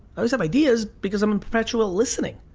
always have ideas because i'm and perpetually listening.